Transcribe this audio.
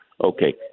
okay